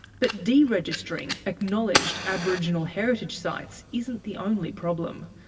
but deregistering acknowledged aboriginal heritage sites isn't the only problem.